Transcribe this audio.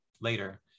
later